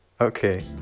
Okay